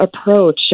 approach